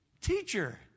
teacher